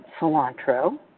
cilantro